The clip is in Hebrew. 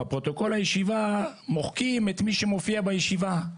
בפרוטוקול הישיבה מוחקים את מי שמופיע בישיבה.